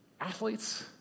Athletes